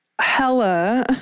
hella